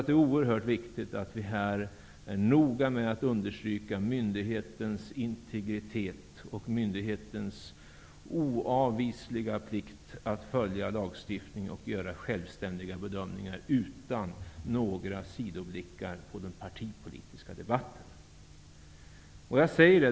Det är oerhört viktigt att vi är noga med att understryka myndighetens integritet och oavvisliga plikt att följa lagstiftning och göra självständiga bedömningar utan några sidoblickar på den partipolitiska debatten.